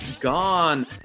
gone